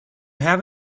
have